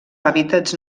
hàbitats